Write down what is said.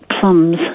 plums